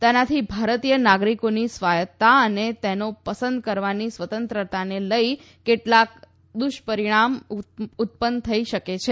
તેનાથી ભારતીય નાગરિકોની સ્વાયતતા અને તેમની પસંદ કરવાની સ્વતંત્રતાને લઈ કેટલાંક દુષ્પરિણામ ઉત્પન્ન થઈ શકે છે